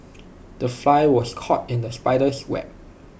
the fly was caught in the spider's web